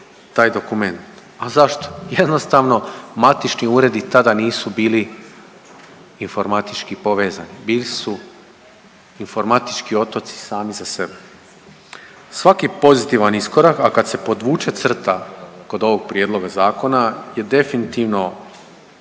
A zašto? Jednostavno matični uredi tada nisu bili informatički povezani, bili su informatički otoci sami za sebe. Svaki pozitivan iskorak , a kad se podvuče crta kod ovog prijedloga zakona je definitivno